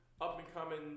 up-and-coming